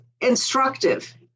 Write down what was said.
instructive